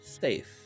safe